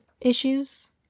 issues